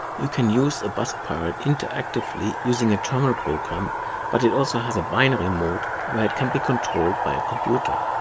you can use bus pirate interactively using a terminal program but it also has a binary mode where it can be controlled by a computer.